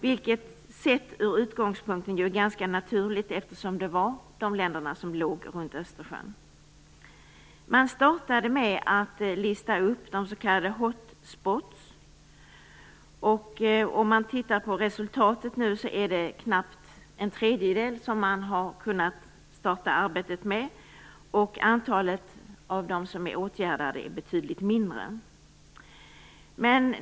Det är ganska naturligt eftersom det är de länderna som ligger runt Östersjön. Man startade med att lista upp s.k. hot spots. Om man tittar på resultatet nu, är det knappt en tredjedel man har kunnat starta arbetet med, och antalet åtgärdade föroreningar är betydligt mindre.